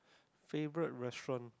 favourite restaurant